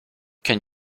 can